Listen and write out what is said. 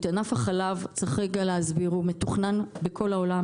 ענף החלב מתוכנן בכל העולם.